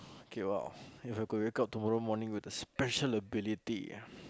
okay !wow! If I could wake up tomorrow morning with a special ability ah